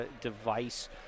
device